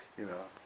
you know.